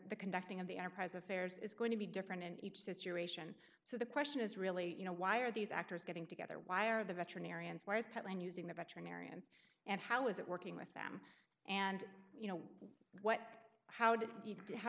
the conducting of the enterprise affairs is going to be different in each situation so the question is really you know why are these actors getting together why are the veterinarians why is petn using the veterinarians and how is it working with them and you know what how